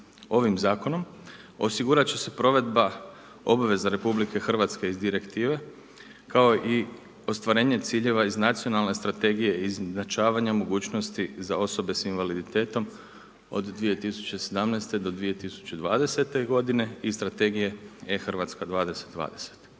Ovim zakonom osigurati će se provedba obaveza RH iz direktive kao i ostvarenje ciljeva iz Nacionalne strategije izjednačavanja mogućnosti za osobe sa invaliditetom od 2017. do 2020. godine i strategije e-Hrvatska 2020.